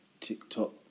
TikTok